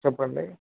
చెప్పండి